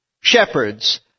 shepherds